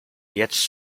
jetzt